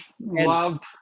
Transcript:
loved